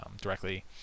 directly